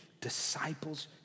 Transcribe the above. disciples